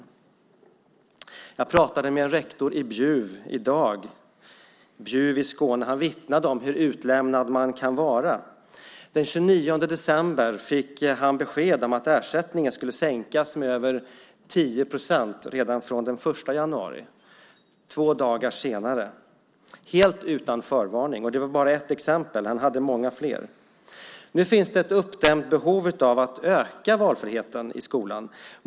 Tidigare i dag pratade jag med en rektor i Bjuv i Skåne. Han vittnade om hur utlämnad man kan vara. Den 29 december fick han besked om att ersättningen skulle sänkas med över 10 procent, vilket skulle gälla redan från den 1 januari - två dagar senare och helt utan förvarning. Detta är bara ett exempel. Han hade många fler. Nu finns det ett uppdämt behov av att öka valfriheten i skolan.